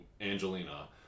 Angelina